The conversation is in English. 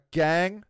gang